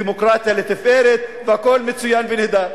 דמוקרטיה לתפארת והכול מצוין ונהדר.